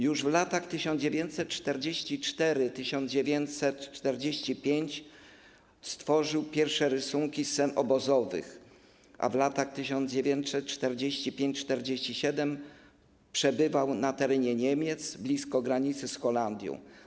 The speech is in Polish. Już w latach 1944-1945 stworzył pierwsze rysunki scen obozowych, a w latach 1945-1947 przebywał na terenie Niemiec blisko granicy z Holandią.